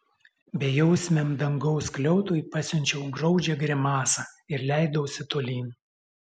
bejausmiam dangaus skliautui pasiunčiau graudžią grimasą ir leidausi tolyn